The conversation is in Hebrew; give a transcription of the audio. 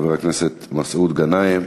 חבר הכנסת מסעוד גנאים,